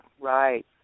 Right